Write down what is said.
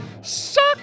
Suck